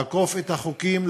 לעקוף את החוקים,